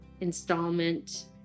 installment